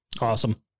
Awesome